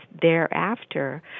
thereafter